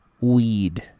Weed